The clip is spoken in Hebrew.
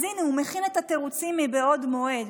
אז הינה, הוא מכין את התירוצים מבעוד מועד: